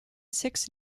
six